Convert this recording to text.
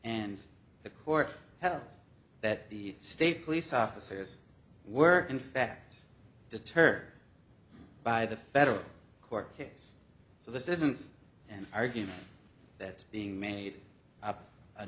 and the court held that the state police officers were in fact deterred by the federal court case so this isn't an argument that's being made up a